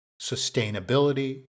sustainability